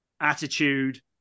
Attitude